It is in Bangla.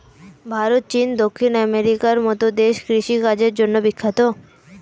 ভারত, চীন, দক্ষিণ আমেরিকার মতো দেশ কৃষি কাজের জন্যে বিখ্যাত